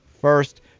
first